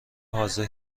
حاضر